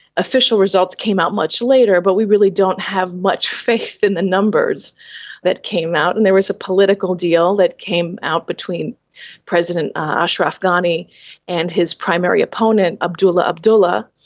official results came out much later but we really don't have much faith in the numbers that came out. and there was a political deal that came out between president ashraf ghani and his primary opponent, abdullah abdullah.